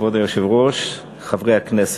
כבוד היושב-ראש, חברי הכנסת,